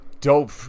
Dope